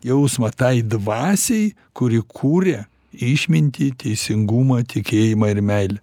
jausmą tai dvasiai kuri kūrė išmintį teisingumą tikėjimą ir meilę